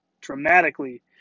dramatically